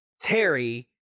Terry